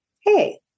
Hey